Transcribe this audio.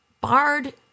barred